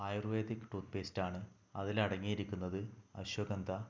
ayurvedic toothpaste ആണ് അതിലടങ്ങിയിരിക്കുന്നത് അശ്വഗന്ധ